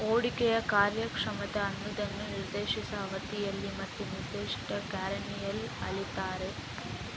ಹೂಡಿಕೆಯ ಕಾರ್ಯಕ್ಷಮತೆ ಅನ್ನುದನ್ನ ನಿರ್ದಿಷ್ಟ ಅವಧಿಯಲ್ಲಿ ಮತ್ತು ನಿರ್ದಿಷ್ಟ ಕರೆನ್ಸಿಯಲ್ಲಿ ಅಳೀತಾರೆ